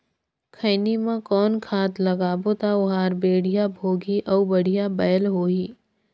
खैनी मा कौन खाद लगाबो ता ओहार बेडिया भोगही अउ बढ़िया बैल होही?